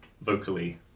vocally